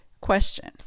question